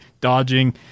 dodging